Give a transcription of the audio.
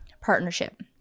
partnership